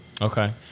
Okay